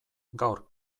gaur